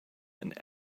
and